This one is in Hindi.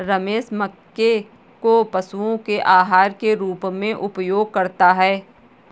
रमेश मक्के को पशुओं के आहार के रूप में उपयोग करता है